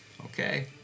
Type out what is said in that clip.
okay